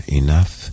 enough